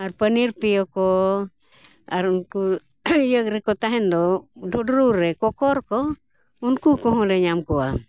ᱟᱨ ᱯᱟᱹᱱᱤᱨ ᱯᱤᱭᱳ ᱠᱚ ᱟᱨ ᱩᱱᱠᱩ ᱤᱭᱟᱹ ᱨᱮᱠᱚ ᱛᱟᱦᱮᱱ ᱫᱚ ᱰᱩᱰᱨᱩ ᱨᱮ ᱠᱚᱠᱷᱚᱨ ᱠᱚ ᱩᱱᱠᱩ ᱠᱚᱦᱚᱸ ᱞᱮ ᱧᱟᱢ ᱠᱚᱣᱟ